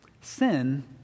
Sin